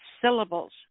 syllables